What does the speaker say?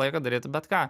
laiko daryti bet ką